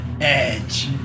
Edge